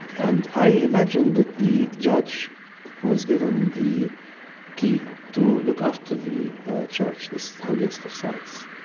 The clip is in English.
and i imagine that the judge was given the key to look after the church, this holiest of sites,